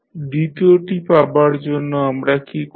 দ্বিতীয়টি পাবার জন্য আমরা কী করব